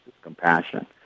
compassion